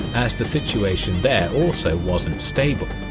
as the situation there also wasn't stable.